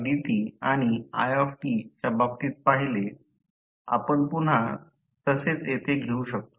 जसे आपण didt आणि i च्या बाबतीत पाहिले आपण पुन्हा तसेच येथे घेऊ शकतो